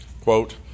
quote